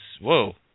whoa